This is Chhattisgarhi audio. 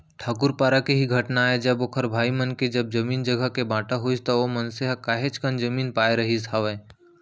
ठाकूर पारा के ही घटना आय जब ओखर भाई मन के जब जमीन जघा के बाँटा होइस त ओ मनसे ह काहेच कन जमीन पाय रहिस हावय